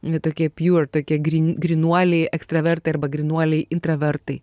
n tokie pure tokie gryn grynuoliai ekstravertai arba grynuoliai intravertai